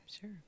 sure